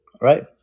right